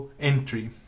entry